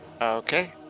Okay